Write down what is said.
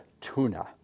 tuna